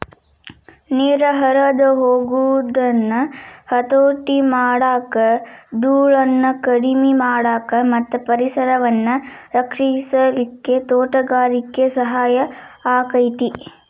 ನೇರ ಹರದ ಹೊಗುದನ್ನ ಹತೋಟಿ ಮಾಡಾಕ, ದೂಳನ್ನ ಕಡಿಮಿ ಮಾಡಾಕ ಮತ್ತ ಪರಿಸರವನ್ನ ರಕ್ಷಿಸಲಿಕ್ಕೆ ತೋಟಗಾರಿಕೆ ಸಹಾಯ ಆಕ್ಕೆತಿ